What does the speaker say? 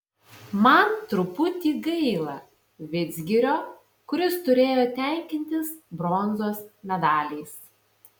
man truputį gaila vidzgirio kuris turėjo tenkintis bronzos medaliais